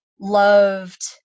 loved